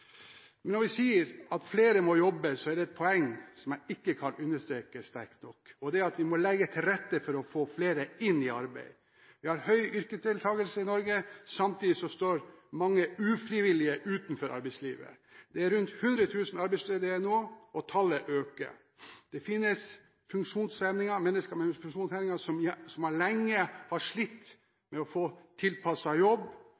Men når vi sier at flere må jobbe, er det et poeng som jeg ikke kan understreke sterkt nok. Det er at vi må legge til rette for å få flere inn i arbeid. Vi har høy yrkesdeltakelse i Norge. Samtidig står mange ufrivillig utenfor arbeidslivet. Det er rundt 100 000 arbeidsledige nå, og tallet øker. Det finnes mennesker med funksjonshemninger som lenge har slitt med å få tilpasset jobb.